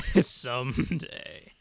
someday